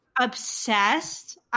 obsessed